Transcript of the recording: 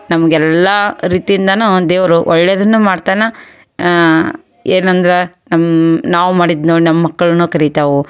ನಮಗೆಲ್ಲ ರೀತಿಯಿಂದನು ದೇವರು ಒಳ್ಳೆದನ್ನು ಮಾಡ್ತಾನೆ ಏನಂದ್ರೆ ನಮ್ಮ ನಾವು ಮಾಡಿದ್ದು ನೋಡಿ ನಮ್ಮ ಮಕ್ಕಳನ್ನು ಕಲಿತಾವೆ